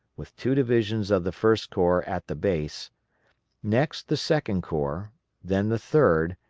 with two divisions of the first corps at the base next the second corps then the third,